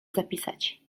zapisać